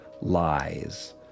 lies